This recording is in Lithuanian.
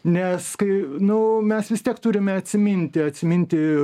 nes kai nu mes vis tiek turime atsiminti atsiminti